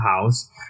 house